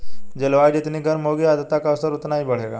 जलवायु जितनी गर्म होगी आर्द्रता का स्तर उतना ही बढ़ेगा